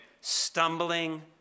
stumbling